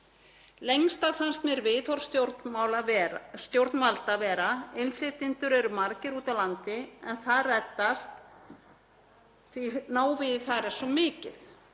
Lengst af fannst mér viðhorf stjórnvalda vera: Innflytjendur eru margir úti á landi en það reddast því að návígið þar er svo mikið.